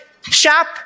shop